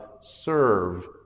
serve